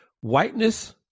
Whiteness